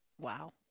Wow